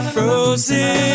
Frozen